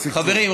חברים,